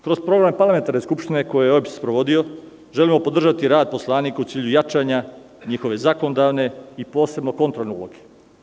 Kroz program Parlamentarne skupštine, koju je OEBS sprovodio, želimo podržati rad poslanika u cilju jačanja njihove zakonodavne i posebno kontrolne uloge.